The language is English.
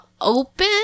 open